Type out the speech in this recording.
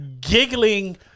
giggling